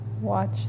Watch